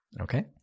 Okay